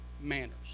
manners